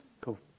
Cool